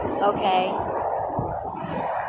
Okay